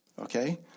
okay